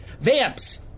Vamps